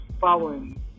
following